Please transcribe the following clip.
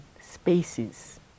spaces